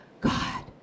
God